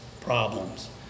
problems